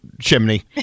chimney